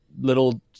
little